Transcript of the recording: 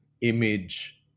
image